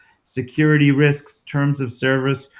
security risks, terms of service,